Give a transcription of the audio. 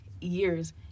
years